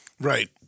Right